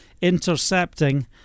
intercepting